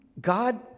God